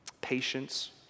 patience